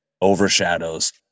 overshadows